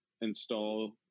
install